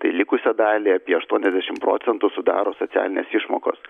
likusią dalį apie aštuoniasdešim procentų sudaro socialinės išmokos